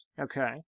okay